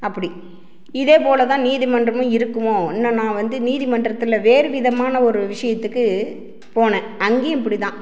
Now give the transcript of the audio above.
அப்படி இதேபோல தான் நீதிமன்றமும் இருக்குமோ இன்னும் நான் வந்து நீதி மன்றத்தில் வேறு விதமான ஒரு விஷயத்துக்கு போனேன் அங்கேயும் இப்படி தான்